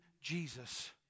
Jesus